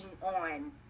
on